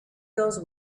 goes